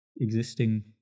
existing